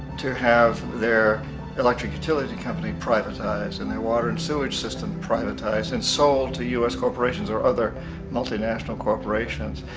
to have their electric utility company privatized and their water and sewage system privatized and sold to us corporations or other multinational corporations.